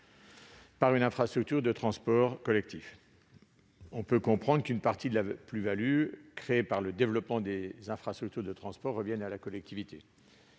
d'une infrastructure de transport collectif. Si l'on peut comprendre qu'une partie de la plus-value créée par le développement d'infrastructures de transports revienne à la collectivité,